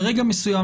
ברגע מסוים,